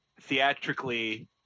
theatrically